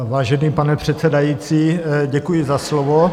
Vážený pane předsedající, děkuji za slovo.